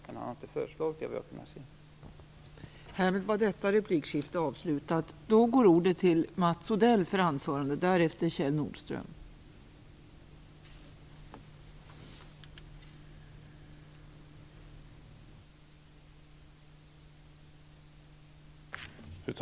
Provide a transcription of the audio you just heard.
Men vad jag har kunnat se har han inte föreslagit det.